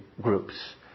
groups